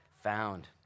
found